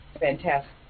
fantastic